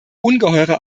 ungeheure